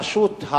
פשוט,